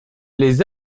les